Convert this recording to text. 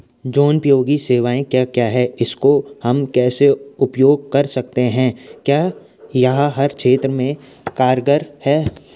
जनोपयोगी सेवाएं क्या क्या हैं इसको हम कैसे उपयोग कर सकते हैं क्या यह हर क्षेत्र में कारगर है?